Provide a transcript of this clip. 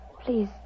Please